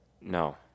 No